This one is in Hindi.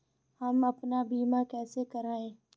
हम अपना बीमा कैसे कराए?